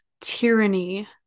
tyranny